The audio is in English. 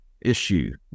issue